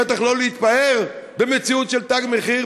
בטח לא להתפאר במציאות של "תג מחיר",